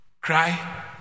Cry